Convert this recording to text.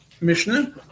Mishnah